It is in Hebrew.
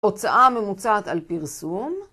‫הוצאה ממוצעת על פרסום.